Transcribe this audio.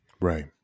Right